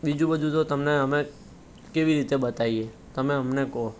બીજું બધું તો તમને અમે કેવી રીતે બતાઈએ તમે અમને કો